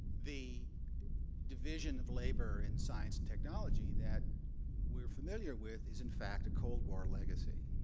the division of labor in science and technology that we're familiar with is, in fact, a cold war legacy.